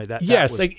Yes